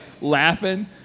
laughing